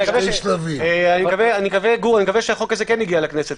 אני מקווה, גור, שהחוק הזה הגיע לכנסת.